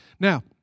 Now